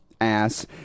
ass